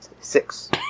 Six